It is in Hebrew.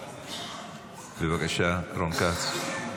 בבקשה, רון כץ.